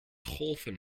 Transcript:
golven